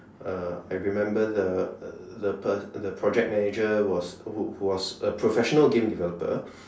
uh I remember the the per~ project manager who who was a professional game developer